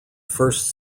first